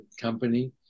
company